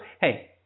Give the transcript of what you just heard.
hey